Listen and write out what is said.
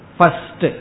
first